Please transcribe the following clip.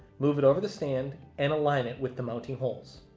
move it over the stand and align it with the mounting holes.